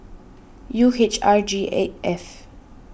U H R G eight F